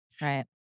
Right